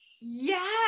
Yes